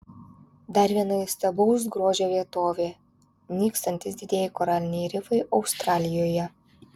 dar viena įstabaus grožio vietovė nykstantys didieji koraliniai rifai australijoje